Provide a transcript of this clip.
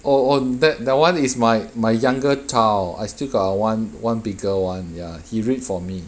o~ oh that that [one] is my my younger child I still got one one bigger [one] ya he read for me